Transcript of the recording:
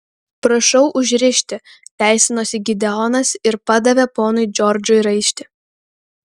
prašau užrišti teisinosi gideonas ir padavė ponui džordžui raištį